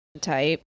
type